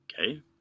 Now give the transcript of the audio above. okay